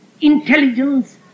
intelligence